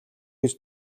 гэж